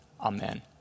amen